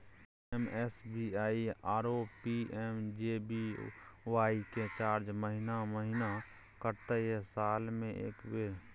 PMSBY आरो P M J B Y के charge महीने महीना कटते या साल म एक बेर?